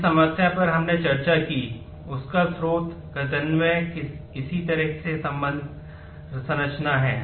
जिस समस्या पर हमने चर्चा की उसका स्रोत गंतव्य इसी तरह की संबंध संरचना है